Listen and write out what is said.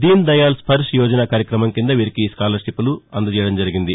దీన దయాళ్ స్పర్న్ యోజన కార్యక్రమం కింద వీరికి ఈ స్మాలర్షిప్లు అందజేయడం జరిగింది